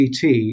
CT